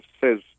says